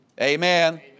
Amen